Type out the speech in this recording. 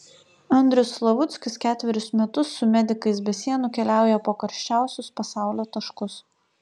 andrius slavuckis ketverius metus su medikais be sienų keliauja po karščiausius pasaulio taškus